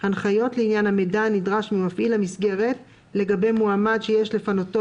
הנחיות לעניין המידע הנדרש ממפעיל המסגרת לגבי מועמד שיש לפנותו